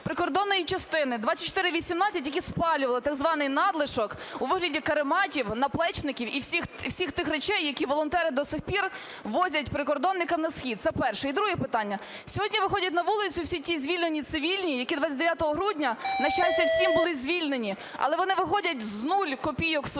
прикордонної частини 2418, які спалювали так званий надлишок у вигляді карематів, наплічників і всіх тих речей, які волонтери до сих пір возять прикордонникам на схід. Це перше. І друге питання. Сьогодні виходять на вулицю всі ті звільнені цивільні, які 29 грудні, на щастя всім, були звільнені, але вони виходять з нуль копійок у